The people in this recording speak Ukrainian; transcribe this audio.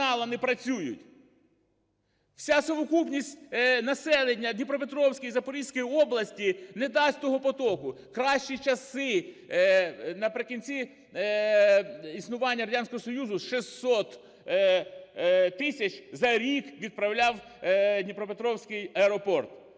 Вся совокупність населення Дніпропетровської, Запорізької області не дасть того потоку. Кращі часи наприкінці існування Радянського Союзу – 600 тисяч за рік відправляв Дніпропетровський аеропорт.